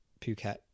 phuket